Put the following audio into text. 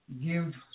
give